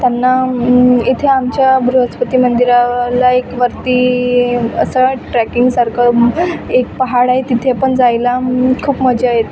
त्यांना इथे आमच्या बृहस्पती मंदिराला एक वरती असं ट्रॅकिंग सारखं एक पहाड आहे तिथे पण जायला खूप मजा येते